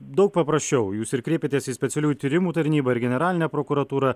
daug paprasčiau jūs ir kreipiatės į specialiųjų tyrimų tarnybą ir generalinę prokuratūrą